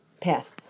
path